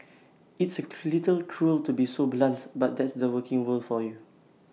it's A little cruel to be so blunts but that's the working world for you